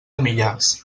millars